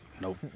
Nope